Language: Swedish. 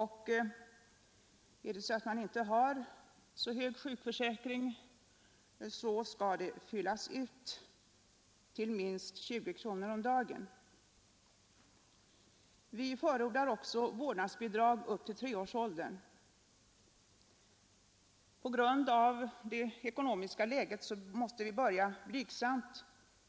Har man inte så hög sjukförsäkring skall den fyllas ut till minst 20 kronor per dag. Vi förordar också vårdnadsbidrag tills barnet är tre år. På grund av det ekonomiska läget måste vi börja blygsamt,